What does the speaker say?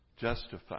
justified